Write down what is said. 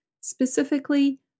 specifically